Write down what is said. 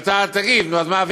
ואתה תגיב, נו, אז מה?